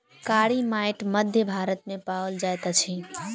कारी माइट मध्य भारत मे पाओल जाइत अछि